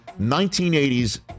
1980s